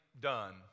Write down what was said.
done